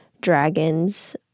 dragons